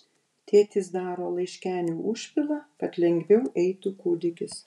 tėtis daro laiškenių užpilą kad lengviau eitų kūdikis